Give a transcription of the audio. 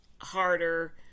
harder